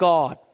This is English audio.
God